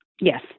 Yes